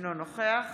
אינו נוכח